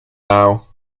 now